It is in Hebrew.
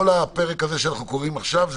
כל הפרק הזה שאנחנו קוראים עכשיו הוא